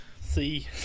See